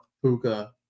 Puka